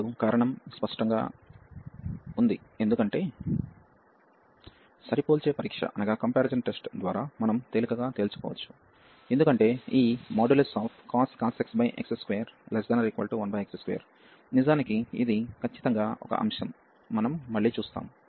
మరియు కారణం స్పష్టంగా ఉంది ఎందుకంటే సరిపోల్చే పరీక్ష ద్వారా మనం తేలికగా తేల్చుకోవచ్చు ఎందుకంటే ఈ cos x x21x2 నిజానికి ఇది ఖచ్చితంగా ఒక అంశం మనం మళ్ళీ చూస్తాము